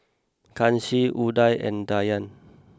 Kanshi Udai and Dhyan